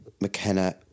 McKenna